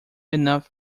enough